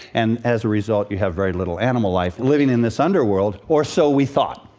and as a result, you have very little animal life living in this underworld. or so we thought.